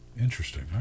Interesting